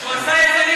כשהוא עשה את זה לי,